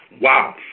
Wow